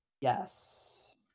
Yes